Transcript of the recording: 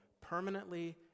permanently